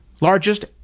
largest